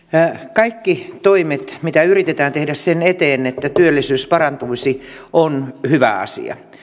kaikki toimet mitä yritetään tehdä sen eteen että työllisyys parantuisi on hyvä asia